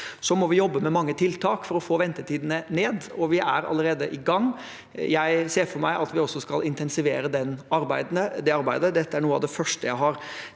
Så må vi jobbe med mange tiltak for å få ventetidene ned, og vi er allerede i gang. Jeg ser for meg at vi også skal intensivere det arbeidet. Dette er noe av det første jeg har